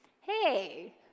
hey